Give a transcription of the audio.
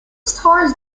stars